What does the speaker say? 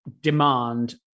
demand